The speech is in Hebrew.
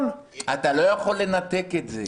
אני אומר שאתה לא יכול לנתק את זה.